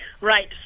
Right